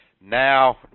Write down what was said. Now